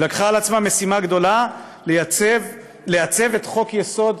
היא לקחה על עצמה משימה גדולה, לעצב את חוק-יסוד: